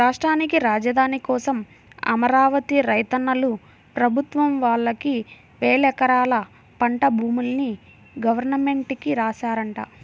రాష్ట్రానికి రాజధాని కోసం అమరావతి రైతన్నలు ప్రభుత్వం వాళ్ళకి వేలెకరాల పంట భూముల్ని గవర్నమెంట్ కి రాశారంట